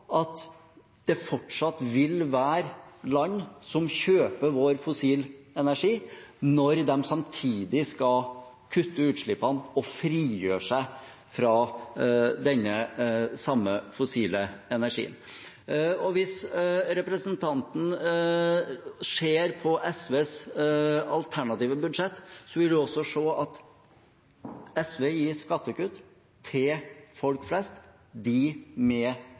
at det fortsatt vil være land som kjøper vår fossile energi når de samtidig skal kutte utslippene og frigjøre seg fra den samme fossile energien. Hvis representanten ser på SVs alternative budsjett, vil hun også se at SV gir skattekutt til folk flest, til dem med